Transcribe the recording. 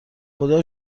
خدا